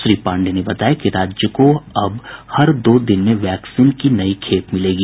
श्री पांडेय ने बताया कि राज्य को हर दो दिन में वैक्सीन की नई खेप मिलेगी